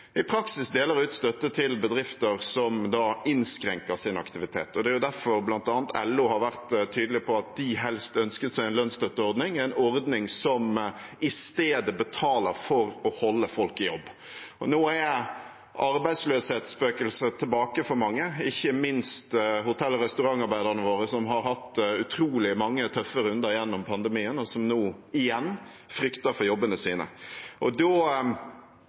i praksis deler ut støtte til bedrifter som da innskrenker sin aktivitet. Det er derfor bl.a. LO har vært tydelig på at de helst ønsket seg en lønnsstøtteordning, en ordning som i stedet betaler for å holde folk i jobb. Nå er arbeidsløshetsspøkelset tilbake for mange, ikke minst hotell- og restaurantarbeiderne våre, som har hatt utrolig mange tøffe runder gjennom pandemien, og som nå igjen frykter for jobbene sine. Da